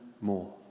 more